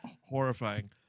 Horrifying